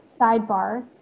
sidebar